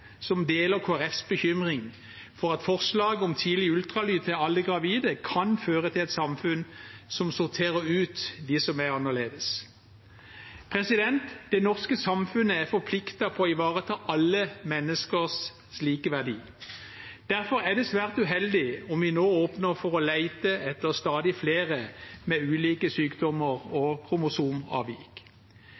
som deler Kristelig Folkepartis bekymring for at forslaget om tidlig ultralyd til alle gravide kan føre til et samfunn som sorterer ut dem som er annerledes. Det norske samfunnet er forpliktet på å ivareta alle menneskers like verdi. Derfor er det svært uheldig om vi nå åpner for å lete etter stadig flere med ulike sykdommer og kromosomavvik.